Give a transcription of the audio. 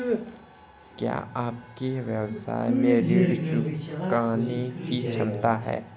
क्या आपके व्यवसाय में ऋण चुकाने की क्षमता है?